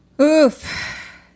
Oof